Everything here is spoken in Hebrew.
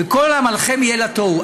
וכל עמלכם יהיה לתוהו".